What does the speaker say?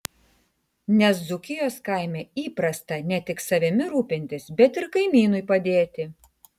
nes dzūkijos kaime įprasta ne tik savimi rūpintis bet ir kaimynui padėti